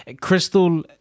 Crystal